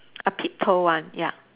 a peep toe one ya